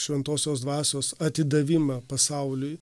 šventosios dvasios atidavimą pasauliui